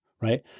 right